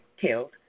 killed